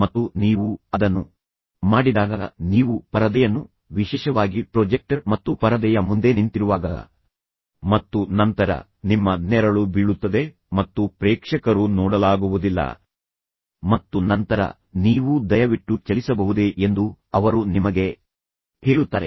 ಮತ್ತು ನೀವು ಅದನ್ನು ಮಾಡಿದಾಗ ನೀವು ಪರದೆಯನ್ನು ವಿಶೇಷವಾಗಿ ಪ್ರೊಜೆಕ್ಟರ್ ಮತ್ತು ಪರದೆಯ ಮುಂದೆ ನಿಂತಿರುವಾಗ ಮತ್ತು ನಂತರ ನಿಮ್ಮ ನೆರಳು ಬೀಳುತ್ತದೆ ಮತ್ತು ಪ್ರೇಕ್ಷಕರು ನೋಡಲಾಗುವುದಿಲ್ಲ ಮತ್ತು ನಂತರ ನೀವು ದಯವಿಟ್ಟು ಚಲಿಸಬಹುದೇ ಎಂದು ಅವರು ನಿಮಗೆ ಹೇಳುತ್ತಾರೆ